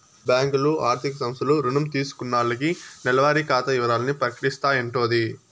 బ్యాంకులు, ఆర్థిక సంస్థలు రుణం తీసుకున్నాల్లకి నెలవారి ఖాతా ఇవరాల్ని ప్రకటిస్తాయంటోది